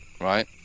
Right